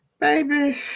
baby